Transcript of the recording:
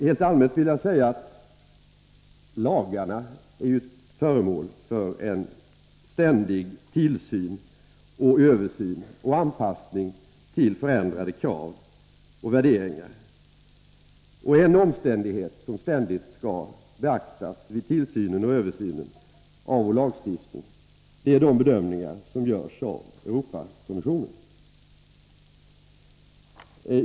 Helt allmänt vill jag säga att lagarna är föremål för ständig tillsyn, översyn och anpassning till förändrade krav och värderingar. En omständighet som alltid skall beaktas vid tillsynen och översynen av vår lagstiftning är de bedömningar som görs av Europakommissionen.